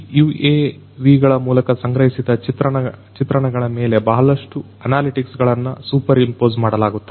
ಈ UAV ಗಳ ಮೂಲಕ ಸಂಗ್ರಹಿಸಿದ ಚಿತ್ರಣಗಳ ಮೇಲೆ ಬಹಳಷ್ಟು ಅನಾಲಿಟಿಕ್ಸ್ ಗಳನ್ನ ಸೂಪರ್ ಇಂಪೋಸ್ ಮಾಡಲಾಗುತ್ತದೆ